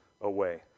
away